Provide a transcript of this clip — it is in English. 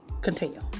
Continue